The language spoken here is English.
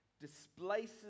displaces